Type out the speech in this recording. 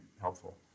helpful